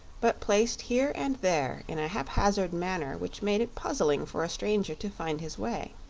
but placed here and there in a haphazard manner which made it puzzling for a stranger to find his way.